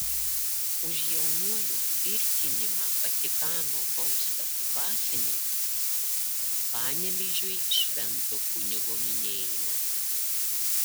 už jaunuolio tvirkinimą vatikano baustas dvasininkas panevėžiui švento kunigo minėjime